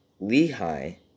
Lehi